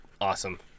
awesome